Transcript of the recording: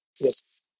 Yes